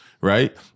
right